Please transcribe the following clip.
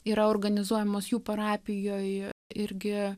yra organizuojamos jų parapijoj irgi